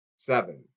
Seven